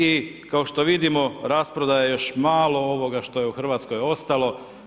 I kao što vidimo rasprodaja je još malo ovoga što je u Hrvatskoj ostalo.